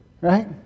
Right